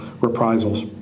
reprisals